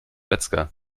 metzger